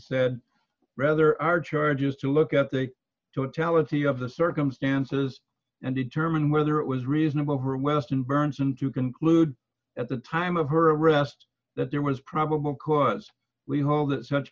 said rather our charges to look at the totality of the circumstances and determine whether it was reasonable for western bernsen to conclude at the time of her arrest that there was probable cause we hold that such